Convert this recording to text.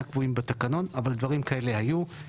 קבועים בתקנון אבל דברים כאלה היו.